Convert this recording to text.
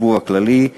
לציבור הכללי.